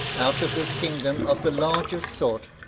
out of this kingdom, of the largest sort,